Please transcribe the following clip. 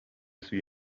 سوی